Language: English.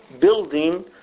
building